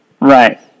Right